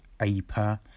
Aper